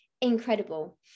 incredible